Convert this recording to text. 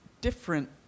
different